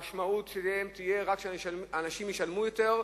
והמשמעות תהיה שאנשים ישלמו יותר,